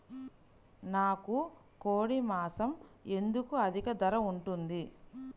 నాకు కోడి మాసం ఎందుకు అధిక ధర ఉంటుంది?